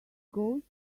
goes